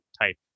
type